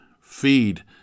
feed